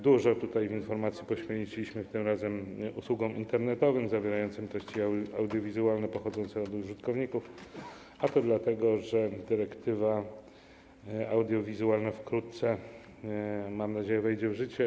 Dużo informacji poświęciliśmy tym razem usługom internetowym zawierającym treści audiowizualne pochodzące od użytkowników, a to dlatego, że dyrektywa audiowizualna wkrótce, mam nadzieję, wejdzie w życie.